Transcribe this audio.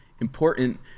important